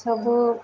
ସବୁ